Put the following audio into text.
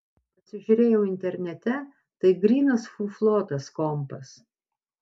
pasižiūrėjau internete tai grynas fuflo tas kompas